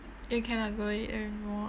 you cannot go eat anymore